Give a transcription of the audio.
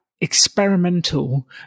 experimental